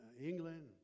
England